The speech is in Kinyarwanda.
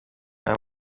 aya